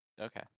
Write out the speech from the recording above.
okay